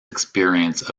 experience